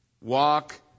Walk